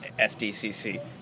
SDCC